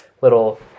little